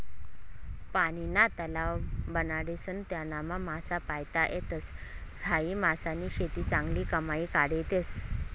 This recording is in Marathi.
पानीना तलाव बनाडीसन त्यानामा मासा पायता येतस, हायी मासानी शेती चांगली कमाई काढी देस